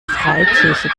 freikirche